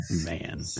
man